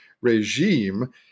regime